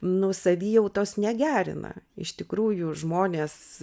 nu savijautos negerina iš tikrųjų žmonės